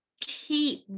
keep